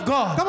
God